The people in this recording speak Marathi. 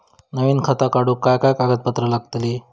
नवीन खाता काढूक काय काय कागदपत्रा लागतली?